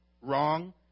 wrong